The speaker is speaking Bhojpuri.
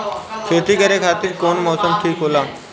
खेती करे खातिर कौन मौसम ठीक होला?